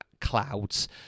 clouds